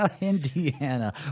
Indiana